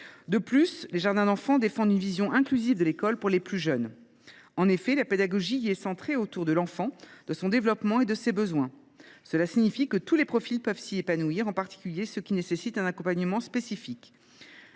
De plus, les jardins d’enfants défendent une vision inclusive de l’école pour les plus jeunes. En effet, la pédagogie y est centrée sur l’enfant, son développement et ses besoins. Cela signifie que tous les profils peuvent s’y épanouir, en particulier ceux qui nécessitent un accompagnement spécifique.